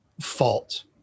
fault